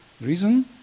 reason